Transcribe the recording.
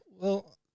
Well-